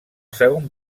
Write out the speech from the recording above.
segon